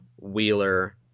Wheeler